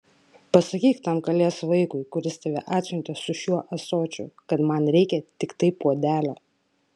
pasakyk tam kalės vaikui kuris tave atsiuntė su šiuo ąsočiu kad man reikia tiktai puodelio